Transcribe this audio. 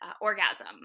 orgasm